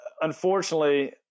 unfortunately